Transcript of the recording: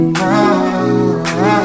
now